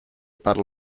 battle